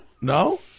No